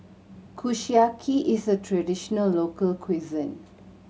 kushiyaki is a traditional local cuisine